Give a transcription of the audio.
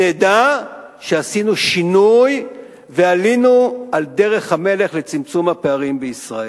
נדע שעשינו שינוי ועלינו על דרך המלך לצמצום הפערים בישראל.